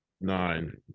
nine